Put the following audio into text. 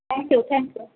thank you thank you